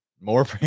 more